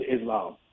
Islam